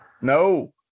No